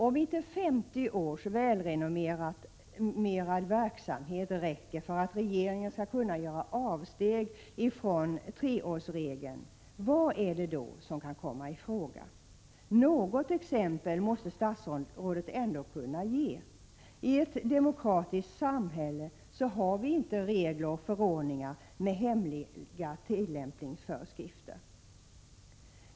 Om inte 50 års välrenommerad verksamhet räcker för att regeringen skall kunna göra avsteg från treårsregeln, vad är det då som kan komma i fråga? Något exempel måste statsrådet ändå kunna ge. I ett demokratiskt samhälle har vi inte regler och förordningar med hemliga tillämpningsföreskrifter.